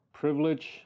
privilege